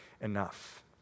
enough